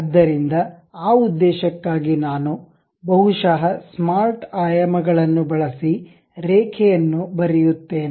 ಆದ್ದರಿಂದ ಆ ಉದ್ದೇಶಕ್ಕಾಗಿ ನಾನು ಬಹುಶಃ ಸ್ಮಾರ್ಟ್ ಆಯಾಮ ಗಳನ್ನು ಬಳಸಿ ರೇಖೆಯನ್ನು ಬರೆಯುತ್ತೇನೆ